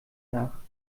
nach